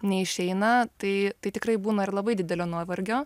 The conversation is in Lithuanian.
neišeina tai tai tikrai būna ir labai didelio nuovargio